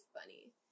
funny